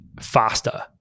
faster